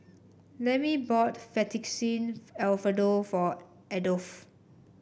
Lemmie bought Fettuccine Alfredo for Adolfo